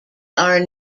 are